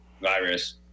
virus